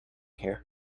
here